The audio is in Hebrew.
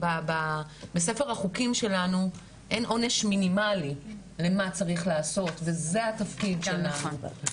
בספר החוקים שלנו אין עונש מינימלי וזה התפקיד של הוועדה,